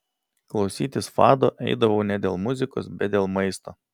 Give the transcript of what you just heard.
klausytis fado eidavau ne dėl muzikos bet dėl maisto